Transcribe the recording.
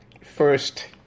first